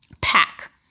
pack